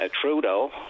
Trudeau